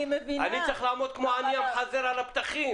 אני צריך לעמוד כמו עני ולחזר על הפתחים.